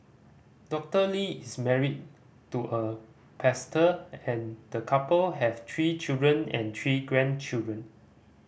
Doctor Lee is married to a pastor and the couple have three children and three grandchildren